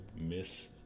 miss